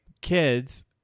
kids